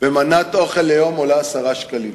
מנת אוכל ליום עולה 10 שקלים.